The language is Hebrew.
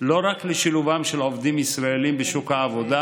לא רק לשילובם של עובדים ישראלים בשוק העבודה